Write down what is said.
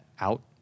out